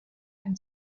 and